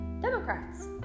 Democrats